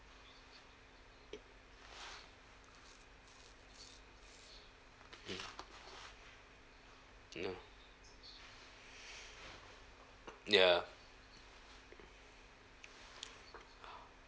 !hannor! ya